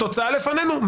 התוצאה לפנינו,